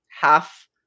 half